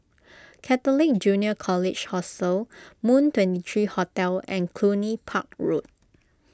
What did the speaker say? Catholic Junior College Hostel Moon twenty three Hotel and Cluny Park Road